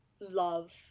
love